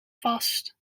vast